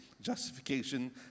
justification